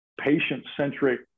patient-centric